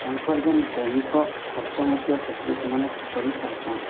ତାଙ୍କର ଯେନ୍ ଦୈନିକ ଖର୍ଚ୍ଚ ମଧ୍ୟ ସେଥିରୁ ସେମାନେ କରି ପାରସନ୍